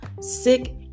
sick